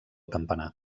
campanar